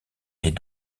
est